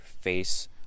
face